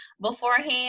beforehand